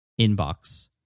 inbox